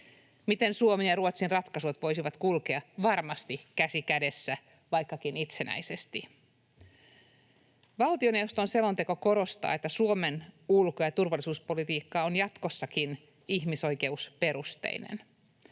Miten Suomen ja Ruotsin ratkaisut voisivat kulkea varmasti käsi kädessä, vaikkakin itsenäisesti? Valtioneuvoston selonteko korostaa, että Suomen ulko- ja turvallisuuspolitiikka on jatkossakin ihmisoikeusperusteinen.